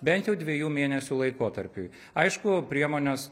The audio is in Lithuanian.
bent jau dvejų mėnesių laikotarpiui aišku priemonės